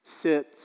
sits